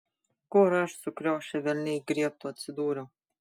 kur aš sukriošę velniai griebtų atsidūriau